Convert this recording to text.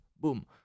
Boom